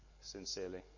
sincerely